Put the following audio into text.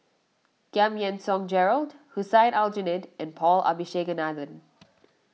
Giam Yean Song Gerald Hussein Aljunied and Paul Abisheganaden